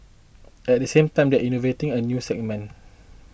at the same time they are innovating in new segments